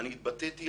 אני התבטאתי,